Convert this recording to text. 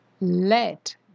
let